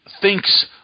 thinks